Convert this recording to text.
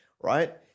right